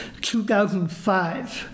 2005